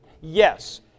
Yes